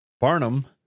Barnum